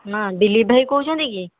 ହଁ ଦିଲ୍ଲୀପ ଭାଇ କହୁଛନ୍ତି କି